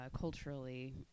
culturally